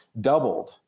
doubled